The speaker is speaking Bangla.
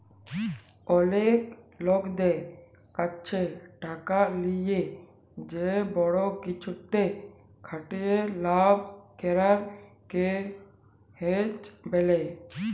অলেক লকদের ক্যাছে টাকা লিয়ে যে বড় কিছুতে খাটিয়ে লাভ করাক কে হেজ ব্যলে